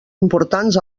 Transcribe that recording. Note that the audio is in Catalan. importants